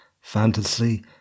fantasy